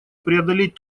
преодолеть